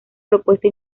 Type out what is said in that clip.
propuesta